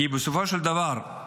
כי בסופו של דבר,